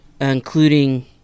including